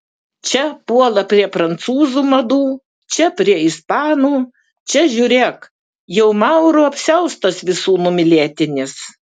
čia puola prie prancūzų madų čia prie ispanų čia žiūrėk jau maurų apsiaustas visų numylėtinis